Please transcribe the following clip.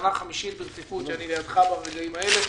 שנה חמישית ברציפות שאני לידך ברגעים האלה,